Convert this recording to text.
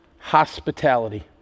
hospitality